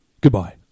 Goodbye